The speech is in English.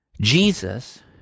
Jesus